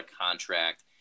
contract